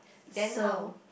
then how